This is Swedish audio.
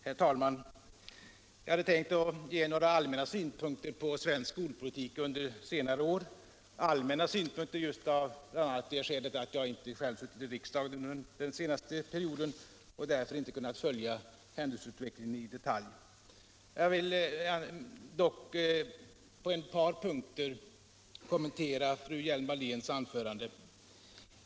Herr talman! Jag hade tänkt att ge några allmänna synpunkter på svensk skolpolitik under senare år — allmänna synpunkter av bl.a. det skälet att jag inte själv suttit i riksdagen under den senaste perioden och därför inte kunnat följa händelseutvecklingen i detalj. Jag vill dock på ett par punkter kommentera fru Hjelm-Walléns anförande.